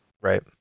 Right